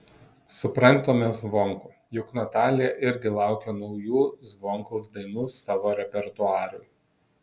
suprantame zvonkų juk natalija irgi laukia naujų zvonkaus dainų savo repertuarui